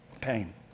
pain